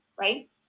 right